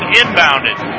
inbounded